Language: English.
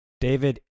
David